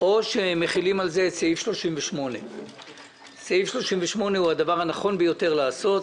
או שמחילים על זה את סעיף 38. סעיף 38 הוא הדבר הנכון ביותר לעשות.